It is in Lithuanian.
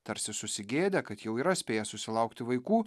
tarsi susigėdę kad jau yra spėjęs susilaukti vaikų